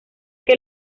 que